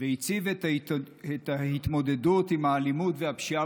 והציב את ההתמודדות עם האלימות והפשיעה